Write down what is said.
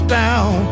down